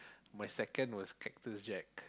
my second was Cactus-Jack